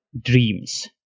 dreams